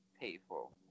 people